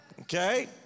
Okay